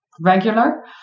regular